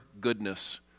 goodness